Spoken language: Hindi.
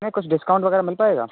नहीं कुछ डिस्काउंट वगैरह मिल पाएगा